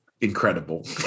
incredible